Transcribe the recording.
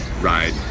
ride